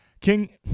King